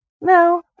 No